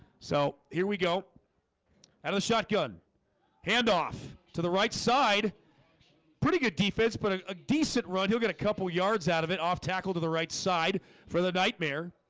so here we go had a shotgun handoff to the right side pretty good defense put but ah a decent run. he'll get a couple yards out of it off tackle to the right side for the nightmare